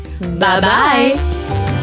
Bye-bye